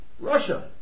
Russia